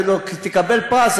להגיד לו: תקבל פרס,